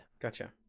Gotcha